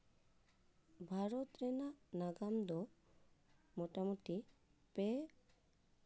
ᱵᱷᱟᱨᱚᱛ ᱨᱮᱱᱟᱜ ᱱᱟᱜᱟᱢ ᱫᱚ ᱢᱳᱴᱟᱢᱩᱴᱤ ᱯᱮ